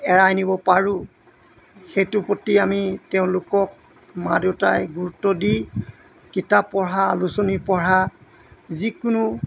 এৰাই নিব পাৰোঁ সেইটো প্ৰতি আমি তেওঁলোকক মা দেউতাই গুৰুত্ব দি কিতাপ পঢ়া আলোচনী পঢ়া যিকোনো